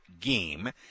game